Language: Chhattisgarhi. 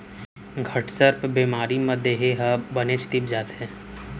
घटसर्प बेमारी म देहे ह बनेच तीप जाथे